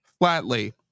flatly